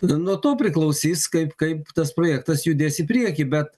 nuo to priklausys kaip kaip tas projektas judės į priekį bet